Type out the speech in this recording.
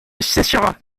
sécheras